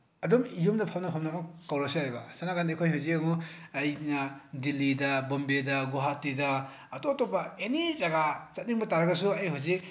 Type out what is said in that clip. ꯑꯗꯨꯝ ꯌꯨꯝꯗ ꯐꯝꯅ ꯐꯝꯅ ꯑꯗꯨꯝ ꯀꯧꯔꯁꯨ ꯌꯥꯏꯕ ꯁꯣꯟ ꯅꯥꯀꯟꯗꯗꯤ ꯑꯩꯈꯣꯏ ꯍꯧꯖꯤꯛ ꯌꯦꯡꯎ ꯗꯤꯜꯂꯤꯗ ꯕꯣꯝꯕꯦꯗ ꯒꯨꯍꯥꯇꯤꯗ ꯑꯇꯣꯞ ꯑꯇꯣꯞꯄ ꯑꯦꯅꯤ ꯖꯒꯥ ꯆꯠꯅꯤꯡꯕ ꯇꯥꯔꯒꯁꯨ ꯑꯩ ꯍꯧꯖꯤꯛ